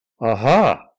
Aha